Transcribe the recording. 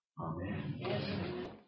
Amen